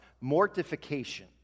mortification